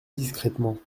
discrètement